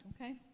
Okay